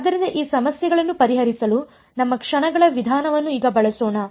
ಆದ್ದರಿಂದ ಈ ಸಮಸ್ಯೆಗಳನ್ನು ಪರಿಹರಿಸಲು ನಮ್ಮ ಕ್ಷಣಗಳ ವಿಧಾನವನ್ನು ಈಗ ಬಳಸೋಣ